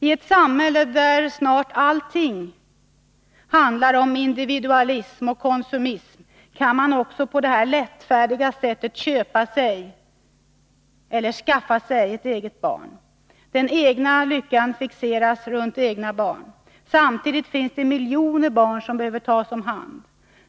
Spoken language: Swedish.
I ett samhälle där snart allting handlar om individualism och konsumism kan man också på detta lättfärdiga sätt köpa sig eller skaffa sig ett eget barn. Den egna lyckan fixeras runt egna barn. Samtidigt finns det miljoner barn som behöver tas om hand.